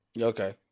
Okay